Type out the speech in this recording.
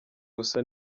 gusa